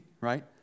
right